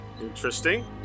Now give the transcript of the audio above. Interesting